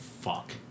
fuck